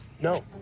No